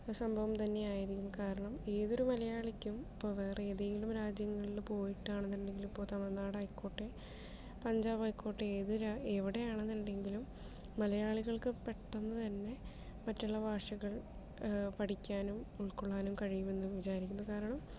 ഒരു സംഭവം തന്നെയായിരിക്കും കാരണം ഏതൊരു മലയാളിക്കും ഇപ്പോൾ വേറെ ഏതെങ്കിലും രാജ്യങ്ങളിലും പോയിട്ടാണ് എന്നു ഉണ്ടെങ്കിലും ഇപ്പോൾ തമിഴ്നാട് ആയിക്കോട്ടെ പഞ്ചാബ് ആയിക്കോട്ടെ ഏത് എവിടെ ആണെന്ന് ഉണ്ടെങ്കിലും മലയാളികൾക്ക് പെട്ടെന്ന് തന്നെ മറ്റുള്ള ഭാഷകൾ പഠിക്കാനും ഉൾക്കൊള്ളാനും കഴിയും എന്ന് വിചാരിക്കുന്നു കാരണം